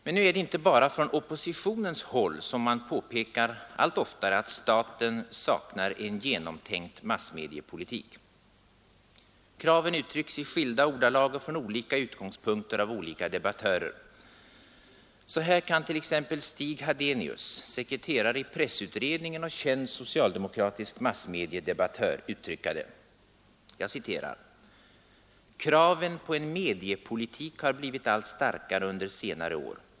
Men nu är det inte bara från oppositionens håll som man allt oftare påpekar att staten saknar en genomtänkt massmediepolitik. Kraven uttrycks i skilda ordalag och från olika utgångspunkter av olika debattörer. Så här kan t.ex. Stig Hadenius, sekreterare i pressutredningen och känd socialdemokratisk massmediedebattör, uttrycka det: ”Kraven på en mediepolitik har blivit allt starkare under senare år.